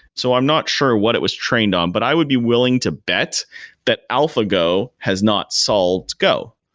so i'm not sure what it was trained on, but i would be willing to bet that alphago has not solved go,